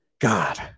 God